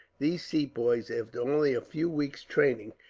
these sepoys, after only a few weeks' training,